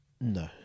No